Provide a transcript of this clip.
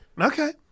Okay